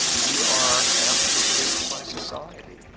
we are amply shaped by society.